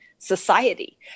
society